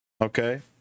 Okay